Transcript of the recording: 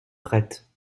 prête